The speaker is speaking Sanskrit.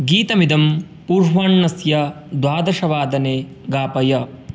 गीतमिदं पूर्वाह्णस्य द्वादशवादने गापय